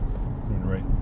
right